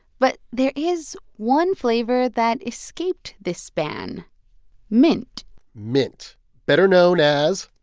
but there is one flavor that escaped this ban mint mint better known as.